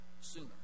sooner